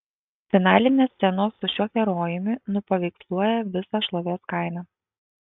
finalinės scenos su šiuo herojumi nupaveiksluoja visą šlovės kainą